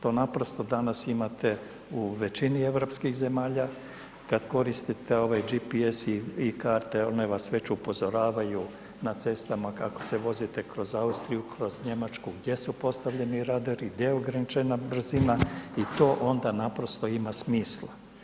To naprosto danas imate u većini europskih zemalja, kad koristite ovaj GPS i karte, one vas već upozoravaju na cestama kako se vozite kroz Austriju, kroz Njemačku gdje su postavljeni radari, gdje je ograničena brzina i to onda naprosto ima smisla.